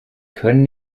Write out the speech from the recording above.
können